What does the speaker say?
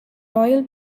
royal